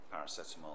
paracetamol